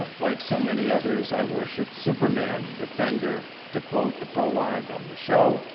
ah like so many others, i worshiped superman, defender, to quote the prologue of the show,